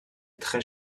très